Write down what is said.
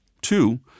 two